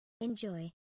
enjoy